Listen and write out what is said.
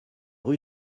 rue